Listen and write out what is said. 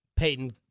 Peyton